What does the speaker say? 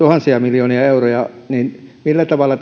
tuhansia miljoonia euroja niin millä tavalla